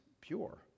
pure